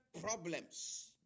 problems